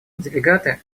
делегаты